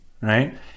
right